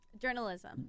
Journalism